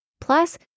plus